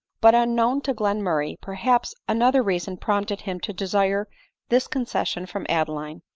but unknown to glenmurray, perhaps, another reason prompted him to desire this concession from adeline.